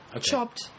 chopped